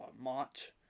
March